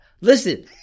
Listen